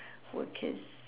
workers